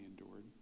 endured